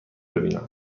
ببینم